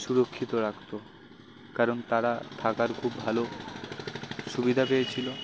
সুরক্ষিত রাখতো কারণ তারা থাকার খুব ভালো সুবিধা পেয়েছিলো